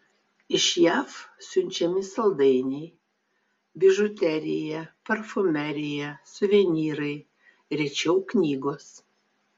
iš jav siunčiami saldainiai bižuterija parfumerija suvenyrai rečiau knygos